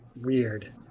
weird